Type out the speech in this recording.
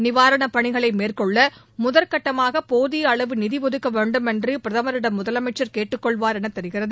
நிவாரண பணிகளை மேற்கொள்ள முதல்கட்டமாக போதிய அளவு நிதி ஒதுக்க வேண்டும் என்று பிரதமரிடம் முதலமைச்சர் கேட்டுக்கொள்வார் என தெரிகிறது